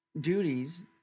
duties